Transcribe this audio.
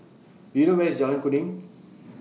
Do YOU know Where IS Jalan Kuning